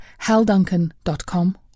halduncan.com